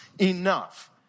enough